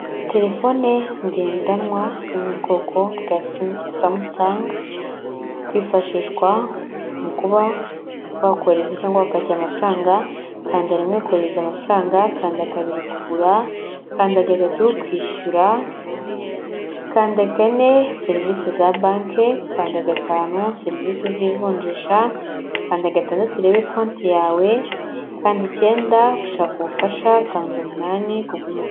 Telefone ngendanwa yo mu bwoko bwa samusangi ikwifashishwa mu kuba wakohereza amafaranga cyangwa wakakira amafaranga, kanda rimwe kohereza amafaranga, kanda kabiri kugura, kanda gatatu kwishyura, kanda kane serivisi za banki, kanda gatanu serivisi z'ivunjisha, kanda gatandatu urebe konti yawe, kanda icyenda gushaka ubufasha, kanda umunani kubw'umutekano.